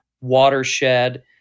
Watershed